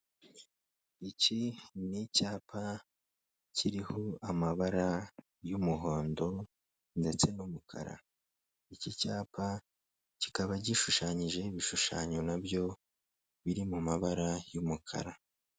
Iki ni icyapa kiriho amabara y'umuhondo ndetse n'umukara, iki cyapa kikaba gishushanyijeho ibishushanyo nabyo biri mu mabara y'umukara.